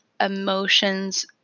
emotions